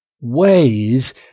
ways